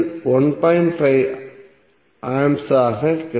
5 A ஆக கிடைக்கும்